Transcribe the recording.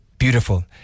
Beautiful